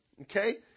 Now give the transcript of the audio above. Okay